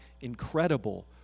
incredible